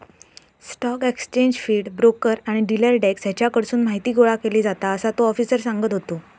stock exchange feed, broker आणि dealer desk हेच्याकडसून माहीती गोळा केली जाता, असा तो आफिसर सांगत होतो